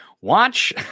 Watch